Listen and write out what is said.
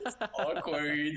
awkward